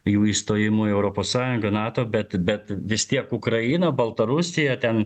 jų įstojimu į europos sąjungą nato bet bet vis tiek ukraina baltarusija ten